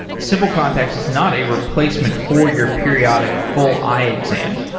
simple contacts is not a replacement for your periodic full eye exam.